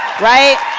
right!